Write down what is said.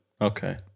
Okay